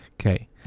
Okay